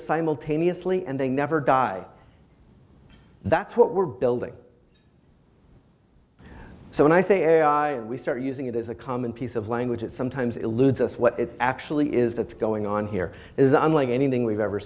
simultaneously and they never die that's what we're building so when i say we start using it as a common piece of language it sometimes eludes us what it actually is that's going on here is unlike anything we've ever